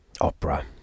opera